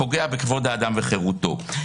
פוגע בכבוד האדם וחירותו.